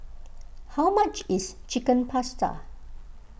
how much is Chicken Pasta